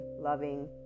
loving